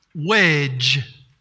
wedge